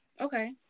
okay